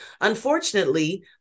unfortunately